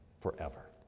forever